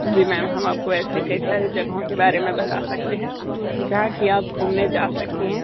जी ma'am हम आपको ऐसे कई सारी जगहों के बारे में बता सकते हैं जहाँ कि आप घूमने जा सकती हैं